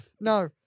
No